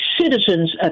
citizen's